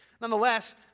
Nonetheless